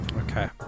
okay